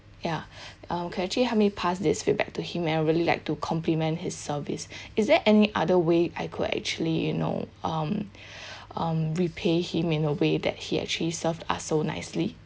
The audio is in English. ya oh can actually help me pass this feedback to him and I really like to compliment his service is there any other way I could actually you know um um repay him in a way that he actually served us so nicely